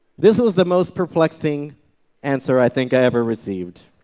this was the most perplexing answer i think i ever received.